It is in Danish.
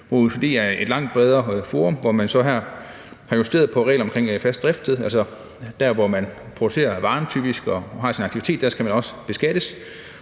OECD er et langt bedre forum, og her har man så justeret på regler omkring fast driftssted, sådan at der, hvor man producerer varen og typisk har sin aktivitet, skal man også beskattes.